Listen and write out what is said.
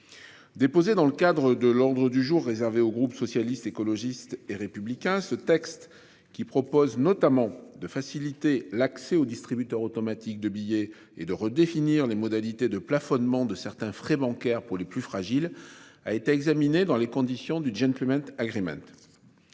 Déposés dans le cadre de l'ordre du jour réservé au groupe socialiste, écologiste et républicain. Ce texte, qui propose notamment de faciliter l'accès aux distributeurs automatiques de billets et de redéfinir les modalités de plafonnement de certains frais bancaires pour les plus fragiles a été examiné dans les conditions du gentleman agreements.